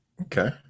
Okay